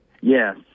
yes